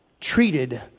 treated